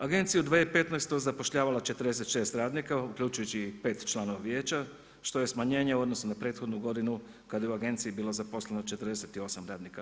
Agencija je u 2015. zapošljavala 46 radnika uključujući i pet članova vijeća što je smanjenje u odnosu na prethodnu godinu kada je u agenciji bilo zaposleno 48 radnika.